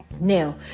Now